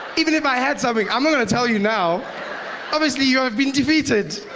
even if i have something, i'm not gonna tell you now obviously you have been defeated.